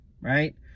right